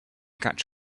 catch